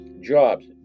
jobs